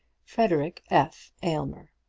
frederic f. aylmer.